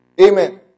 Amen